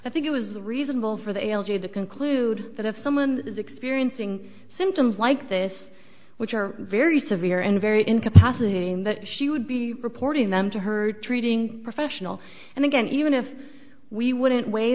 i think it was reasonable for the l g the conclude that if someone is experiencing symptoms like this which are very severe and very incapacitating that she would be reporting them to her treating professional and again even if we wouldn't weigh